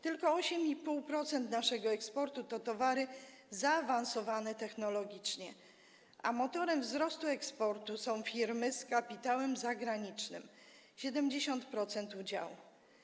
Tylko 8,5% naszego eksportu to towary zaawansowane technologicznie, a motorem wzrostu eksportu są firmy z kapitałem zagranicznym - 70% udziału.